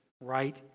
right